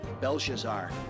Belshazzar